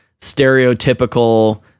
stereotypical